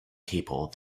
people